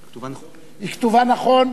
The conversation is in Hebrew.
היא כתובה נכון.